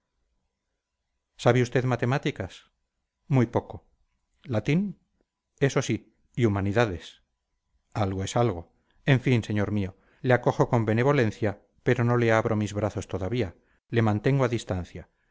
sabe usted matemáticas muy poco latín eso sí y humanidades algo es algo en fin señor mío le acojo con benevolencia pero no le abro mis brazos todavía le mantengo a distancia